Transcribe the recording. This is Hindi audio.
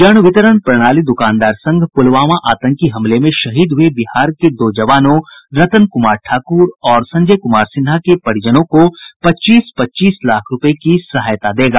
जनवितरण प्रणाली द्वकानदार संघ पुलवामा आतंकी हमले में शहीद हुये बिहार के दो दजवानों रतन कुमार ठाकुर और संजय कुमार सिन्हा के परिजनों को पच्चीस पच्चीस लाख रूपये की सहायता देगा